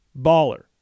Baller